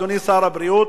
אדוני שר הבריאות,